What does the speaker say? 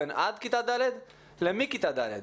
בין עד כיתה ד' למכיתה ד'.